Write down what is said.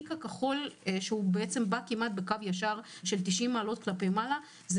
הפיק הכחול שבא בקו ישר כמעט של 90 מעלות כלפי מעלה זה